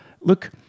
look